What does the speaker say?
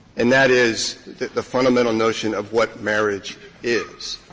and that is that the fundamental notion of what marriage is.